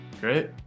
Great